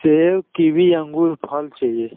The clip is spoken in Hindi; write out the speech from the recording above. सेब किवी अंगूर फल चाहिए